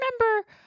remember